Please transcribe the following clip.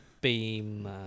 beam